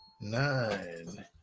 nine